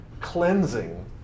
cleansing